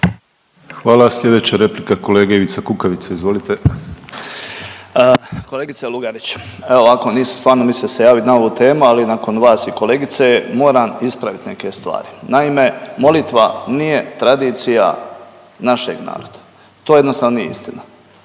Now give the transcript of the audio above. Hvala. Sljedeća replika kolege Ivice Kukavice. Izvolite. **Kukavica, Ivica (DP)** Kolegice Lugarić, evo ovako nisam stvarno mislio se javiti na ovu temu ali nakon vas i kolegice moram ispraviti neke stvari. Naime, molitva nije tradicija našeg naroda. To jednostavno nije istina.